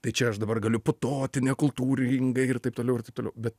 tai čia aš dabar galiu putoti nekultūringai ir taip toliau ir taip toliau bet